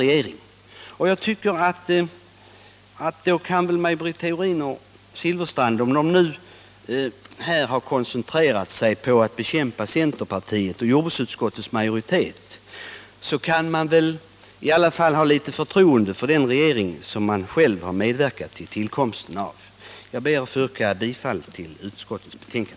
Även om Maj Britt Theorin och Bengt Silfverstrand har koncentrerat sig på att bekämpa centerpartiet och jordbruksutskottets majoritet, kan man väl i alla fall ha något förtroende för den regering som man själv har bidragit till tillkomsten av. Herr talman! Jag ber att få yrka bifall till utskottets hemställan.